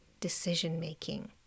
decision-making